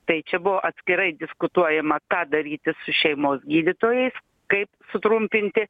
tai čia buvo atskirai diskutuojama ką daryti su šeimos gydytojais kaip sutrumpinti